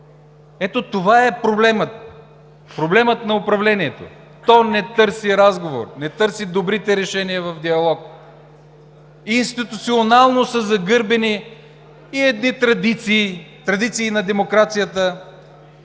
Ето това е проблемът на управлението – то не търси разговор, не търси добрите решения в диалог. Институционално са загърбени и едни традиции на демокрацията,